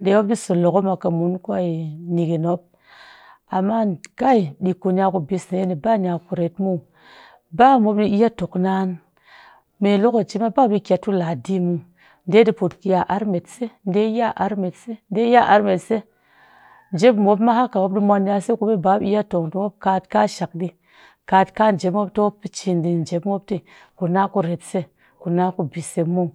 mop ɗi solokoom a kɨ mu nighintu. Amma kai ɗik kunya kubis ɗe banya kuret muw ba mop ɗii iya toknan me lokaci m ba mop ɗii kyatu ladi muw ɗe ɗii put ya'ar metse ɗe ya'ar metse ɗe ya'ar metse njep mɨ mop ma hak mop ɗii mwan ɗi'a sese ba mop ɗii iya tong te mop kaatkashak di katka njep mop te mop pe ciin njep te kunakuret se kuna kubis muw.